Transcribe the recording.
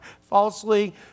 falsely